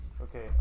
Okay